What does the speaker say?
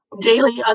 daily